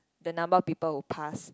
the number of people who passed